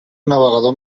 navegador